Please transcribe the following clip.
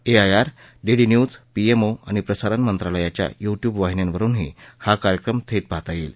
A I R DD news PMO आणि प्रसारण मंत्रालयाच्या यूट्युब या वाहिन्यांवरुनही हा कार्यक्रम थर्ट प्राहता यईक्ती